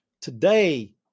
Today